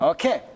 Okay